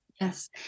Yes